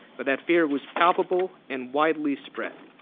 but that fear was palpable and widely spread.